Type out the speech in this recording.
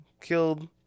Killed